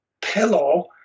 pillow